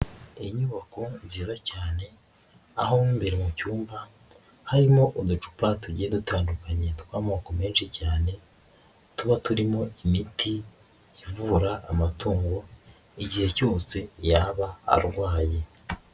Inyubako nziza cyane aho mo mbere mu cyumba harimo uducupa tugiye dutandukanye tw'amoko menshi cyane, tuba turimo imiti ivura amatungo igihe cyose yaba arwaye.